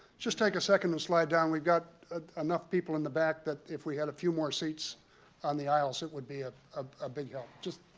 just take a second and slide down. we've got enough people in the back that if we had a few more seats on the aisles, it would be ah a big help. just